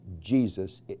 Jesus